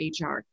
HR